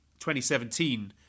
2017